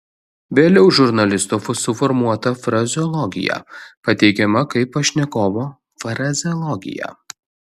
vėliau žurnalisto suformuota frazeologija pateikiama kaip pašnekovo frazeologija